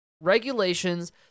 regulations